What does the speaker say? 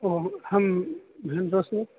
ओ अहं